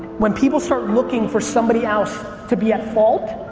when people start looking for somebody else to be at fault,